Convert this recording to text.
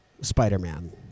Spider-Man